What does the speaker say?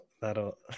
that'll